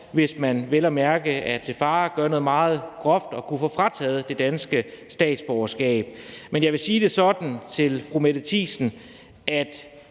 hvis man vel at mærke er til fare og gør noget meget groft, at vedkommende kan få frataget det danske statsborgerskab. Men jeg vil sige det sådan til fru Mette Thiesen,